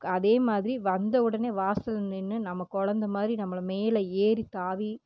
அதே மாதிரி வந்தவுடனே வாசலில் நின்று நம்ம கொழந்த மாதிரி நம்ம மேலே ஏறி தாவி